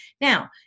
Now